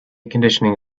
conditioning